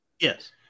Yes